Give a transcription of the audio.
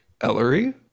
Ellery